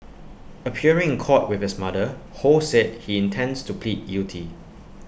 appearing in court with his mother ho said he intends to plead guilty